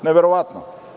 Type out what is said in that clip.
Neverovatno.